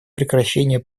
прекращение